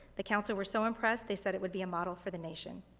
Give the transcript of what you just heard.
the council were so impressed, they said it would be a model for the nation.